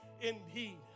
indeed